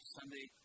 Sunday